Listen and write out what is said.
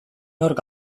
nork